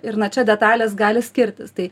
ir na čia detalės gali skirtis tai